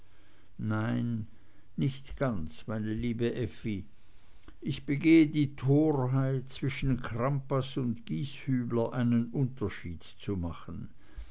nein nicht ganz meine liebe effi ich begehe die torheit zwischen crampas und gieshübler einen unterschied zu machen